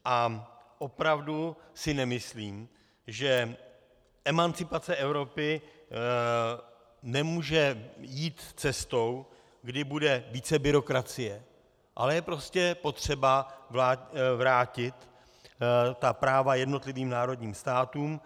A opravdu si nemyslím, že emancipace Evropy nemůže jít cestou, kdy bude více byrokracie, ale je prostě potřeba vrátit práva jednotlivým národním státům.